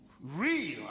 real